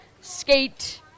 skate